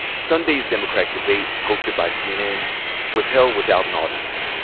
sunday's democratic debate hosted by cnn was held without an audience.